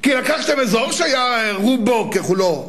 כי לקחתם אזור שהיה רובו ככולו קפוא,